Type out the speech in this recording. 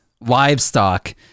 livestock